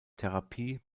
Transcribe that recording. therapie